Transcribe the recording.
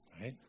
right